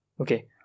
Okay